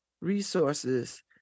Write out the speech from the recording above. resources